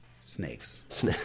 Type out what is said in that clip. Snakes